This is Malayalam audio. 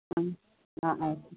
അ ആ